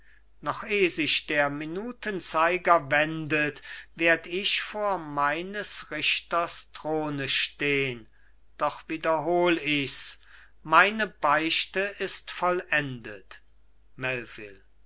noch eh sich der minutenzeiger wendet werd ich vor meines richters throne stehn doch wiederhol ich's meine beichte ist vollendet